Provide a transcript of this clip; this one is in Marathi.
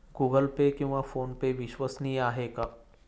गूगल पे किंवा फोनपे विश्वसनीय आहेत का?